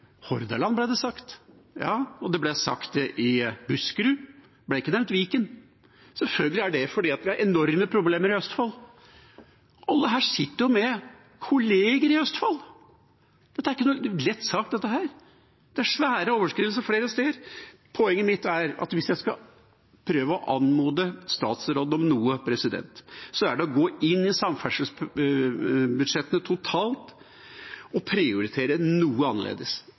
Hordaland, ble det sagt, og i Buskerud. Viken ble ikke nevnt. Selvfølgelig er det fordi vi har enorme problemer i Østfold. Alle her sitter jo med kolleger i Østfold. Dette er ikke noen lett sak – det er svære overskridelser flere steder. Poenget mitt er at hvis jeg skal prøve å anmode statsråden om noe, er det å gå inn i samferdselsbudsjettene totalt og prioritere noe annerledes.